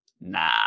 nah